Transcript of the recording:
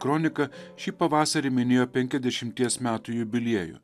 kronika šį pavasarį minėjo penkiasdešimties metų jubiliejų